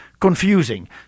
confusing